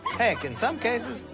heck, in some cases,